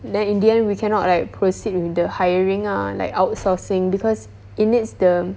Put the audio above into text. then in the end we cannot like proceed with the hiring ah like outsourcing because it needs the